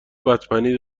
بتمنی